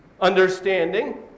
understanding